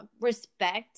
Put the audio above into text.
respect